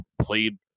played